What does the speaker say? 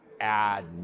add